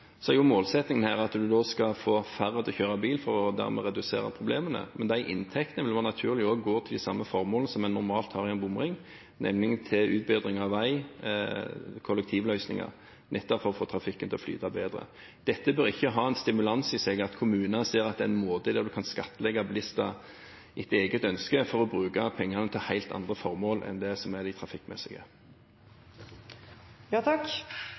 så er målsettingen her at man skal få færre til å kjøre bil for dermed å redusere problemene. Men de inntektene vil det være naturlig går til de samme formålene som man normalt har for en bomring, nemlig til utbedring av vei og kollektivløsninger, nettopp for å få trafikken til å flyte bedre. Det bør ikke ha den stimulans i seg at kommunene ser at det er en måte å kunne skattlegge bilister på etter eget ønske for å bruke pengene til helt andre formål enn